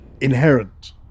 inherent